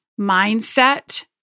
mindset